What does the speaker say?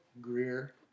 Greer